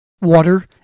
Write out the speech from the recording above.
water